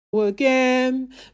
again